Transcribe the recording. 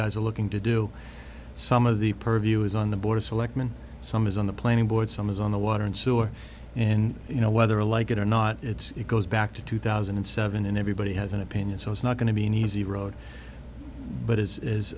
guys are looking to do some of the purview is on the board of selectmen some is on the planning board some is on the water and sewer and you know whether like it or not it's it goes back to two thousand and seven and everybody has an opinion so it's not going to be an easy road but is is